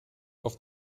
auf